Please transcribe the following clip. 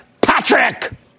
Patrick